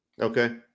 Okay